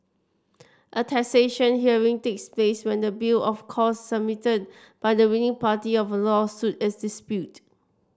a taxation hearing takes place when the bill of costs submitted by the winning party of a lawsuit is disputed